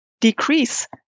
decrease